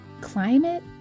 Climate